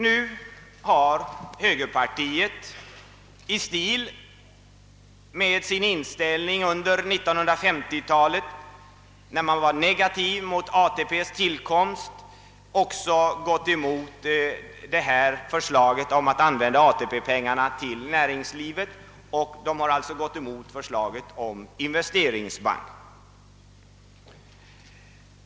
Nu har högermännen i konsekvens med den inställning de visade under 1950-talet, då de var negativa mot ATP:s tillkomst, gått emot förslaget om att använda ATP-pengarna i näringslivet genom att skapa en investeringsbank.